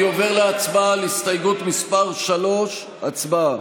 אני עובר להצבעה על הסתייגות מס' 3, הצבעה.